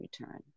return